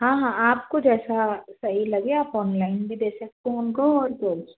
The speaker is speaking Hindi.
हाँ हाँ आपको जैसा सही लगे आप ऑनलाइन भी दे सकते हैं उनको और केश